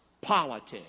Politics